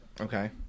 Okay